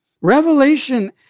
Revelation